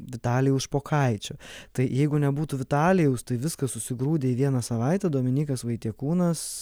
vitalijaus špokaičio tai jeigu nebūtų vitalijaus tai viskas susigrūdę į vieną savaitę dominykas vaitiekūnas